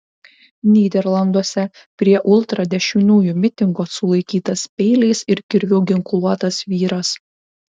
nyderlanduose prie ultradešiniųjų mitingo sulaikytas peiliais ir kirviu ginkluotas vyras